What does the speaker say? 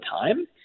time